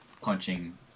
punching